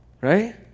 Right